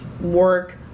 work